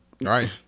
Right